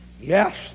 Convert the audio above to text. yes